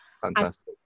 Fantastic